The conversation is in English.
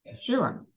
sure